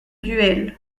duel